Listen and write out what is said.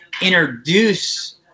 introduce